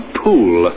pool